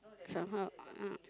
somehow ah